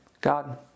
God